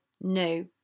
No